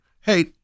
Hey